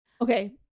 Okay